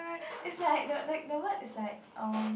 is like the the the word is like um